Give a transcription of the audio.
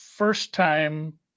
First-time